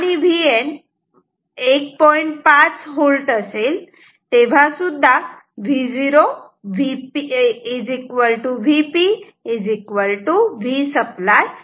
5V असेल तेव्हासुद्धा V0 Vp Vसप्लाय